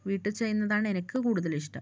വീട്ടിൽ ചെയ്യുന്നതാണ് എനിക്ക് കൂടുതലിഷ്ടം